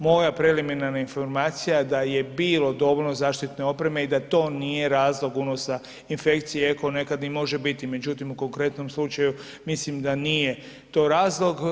Moja preliminarna informacija je da je bilo dovoljno zaštitne opreme i da to nije razlog unosa infekcije iako nekada i može biti, međutim u konkretnom slučaju mislim da nije to razlog.